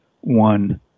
one